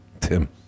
Tim